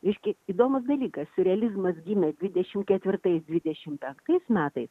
reiškia įdomus dalykas siurrealizmas gimė dvidešimt ketvirtais dvidešimt penktais metais